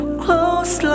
close